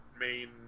main